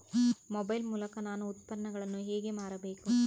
Mobile ಮೂಲಕ ನಾನು ಉತ್ಪನ್ನಗಳನ್ನು ಹೇಗೆ ಮಾರಬೇಕು?